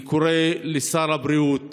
אני קורא לשר הבריאות